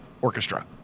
orchestra